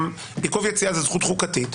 זו זכות חוקתית,